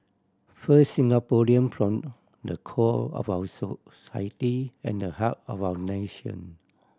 first Singaporean form the core of our society and the heart of our nation